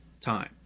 time